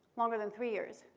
longer than three years?